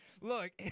look